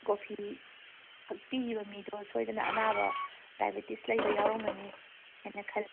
coffee ꯄꯤꯒꯤꯕ ꯃꯤꯗꯣ ꯁꯣꯏꯗꯅ ꯑꯅꯥꯕ ꯗꯥꯏꯕꯦꯇꯤꯁ ꯂꯩꯕ ꯌꯥꯎꯔꯝꯒꯅꯤ ꯑꯩꯅ ꯈꯜꯂꯦ